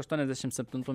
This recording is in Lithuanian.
aštuoniasdešim septintų